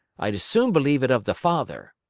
i'd as soon believe it of the father.